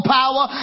power